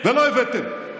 ולא הבאתם.